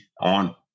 on